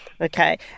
Okay